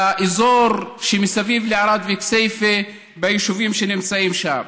באזור שמסביב לערד וכסייפה, ביישובים שנמצאים שם?